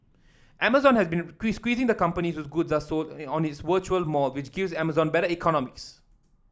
amazon has been squeeze squeezing the company whose goods are sold on its virtual mall which gives Amazon better economics